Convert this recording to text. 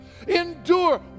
endure